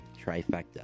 trifecta